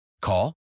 Call